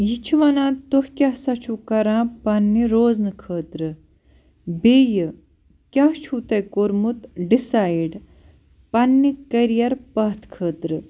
یہِ چھُ وَنان تُہۍ کیٛاہ سا چھُو کَران پَنٕنہِ روزنہٕ خٲطرٕ بیٚیہِ کیٛاہ چھُو تۄہہِ کوٚرمُت ڈِسایِڈ پَنٕنہِ کیریر پَتھ خٲطرٕ